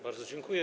Bardzo dziękuję.